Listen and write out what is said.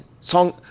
song